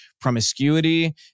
promiscuity